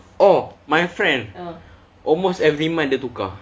oh my friend almost every month dia tukar